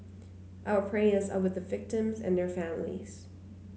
our prayers are with the victims and their families